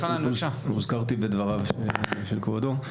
הוזכרתי בדבריו של כבודו.